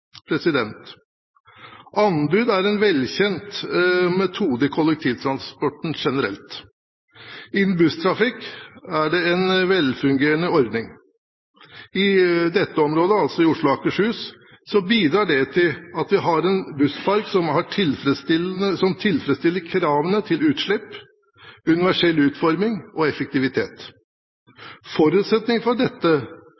Anbud er en velkjent metode i kollektivtransporten generelt. Innenfor busstrafikk er det en velfungerende ordning. I dette området, i Oslo og Akershus, bidrar det til at vi har en busspark som tilfredsstiller kravene til utslipp, universell utforming og effektivitet.